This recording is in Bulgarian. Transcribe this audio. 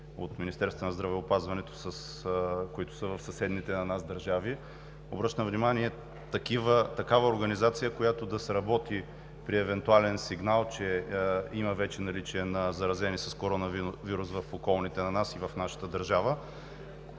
от министерствата на здравеопазването, които са в съседните на нас държави? Обръщам внимание: такава организация, която да сработи при евентуален сигнал, че има вече наличие на заразени с коронавирус в околните на нас и в нашата държава,